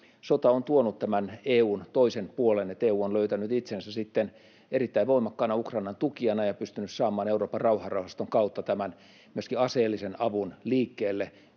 sota on tuonut tämän EU:n toisen puolen, sen, että EU on löytänyt itsensä erittäin voimakkaana Ukrainan tukijana ja pystynyt saamaan Euroopan rauhanrahaston kautta myöskin aseellisen avun liikkeelle